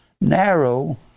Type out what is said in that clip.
narrow